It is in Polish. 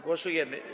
Głosujemy.